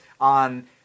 on